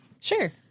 Sure